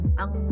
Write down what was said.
ang